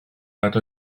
nad